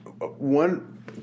one